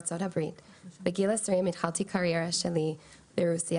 בגיל 20 התחלתי קריירה ברוסיה,